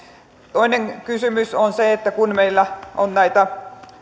toinen kysymys on se että kun meillä on näitä